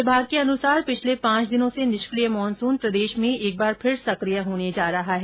विभाग के अनुसार पिछले पांच दिनों से निष्किय मानसून प्रदेश में एक बार फिर सक्रिय होने जा रहा है